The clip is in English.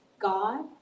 God